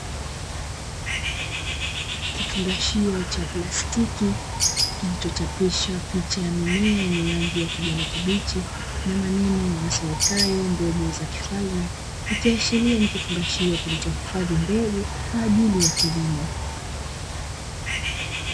Kifungashio cha plastiki kilichochapishwa picha ya mimea yenye rangi ya kijani kibichi na maneno yasomekayo “Mbegu za kifalme” ikiashiria ni kufungashio kilichohifadhi mbegu kwa ajili ya kilimo.